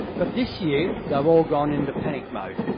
but this year they've all gone into panic mode.